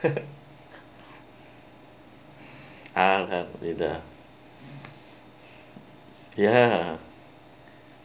uh !huh! ya